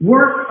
Work